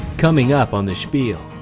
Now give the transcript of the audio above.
coming up on the spiel.